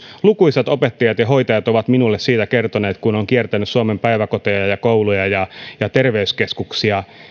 lukuisat opettajat ja hoitajat ovat minulle kertoneet kun olen kiertänyt suomen päiväkoteja ja kouluja ja ja terveyskeskuksia